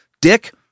dick